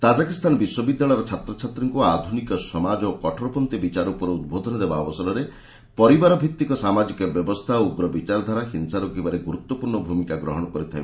ତାକିକ୍ସ୍ଥାନ ବିଶ୍ୱବିଦ୍ୟାଳୟର ଛାତ୍ରଛାତ୍ରୀଙ୍କୁ ଆଧୁନିକ ସମାଜ ଏବଂ କଠୋରପନ୍ଥୀ ବିଚାର ଉପରେ ଉଦ୍ବୋଧନ ଦେବା ଅବସରରେ ପରିବାର ଭିଭିକ ସାମାଜିକ ବ୍ୟବସ୍ଥା ଉଗ୍ର ବିଚାରଧାରା ହିଂସା ରୋକିବାରେ ଗୁରୁତ୍ୱପୂର୍ଣ୍ଣ ଭୂମିକା ଗ୍ରହଣ କରିଥାଏ